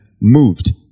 moved